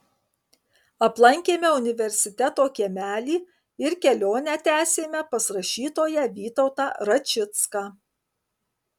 aplankėme universiteto kiemelį ir kelionę tęsėme pas rašytoją vytautą račicką